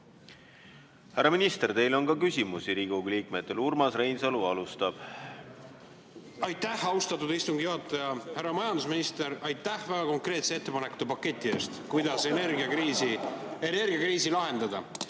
Härra minister, teile on ka küsimusi Riigikogu liikmetelt. Urmas Reinsalu alustab. Aitäh, austatud istungi juhataja! Härra majandusminister, aitäh väga konkreetse ettepanekute paketi eest, kuidas energiakriisi lahendada!